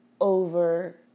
over